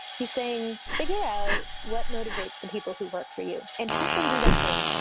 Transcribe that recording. he's saying, figure out what motivates the people who work for you and help them do that thing,